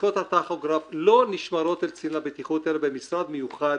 דסקיות הטכוגרף לא נשמרות אצל קצין הבטיחות אלא במשרד מיוחד,